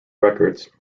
records